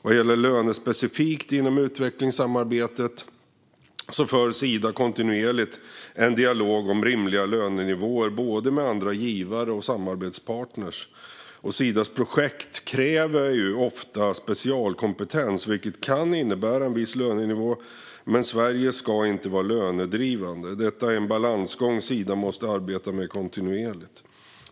Vad gäller löner specifikt inom utvecklingssamarbetet för Sida kontinuerligt en dialog om rimliga lönenivåer med både andra givare och samarbetspartner. Sidas projekt kräver ofta specialkompetens, vilket kan innebära en viss lönenivå, men Sverige ska inte vara lönedrivande. Detta är en balansgång Sida måste arbeta med kontinuerligt.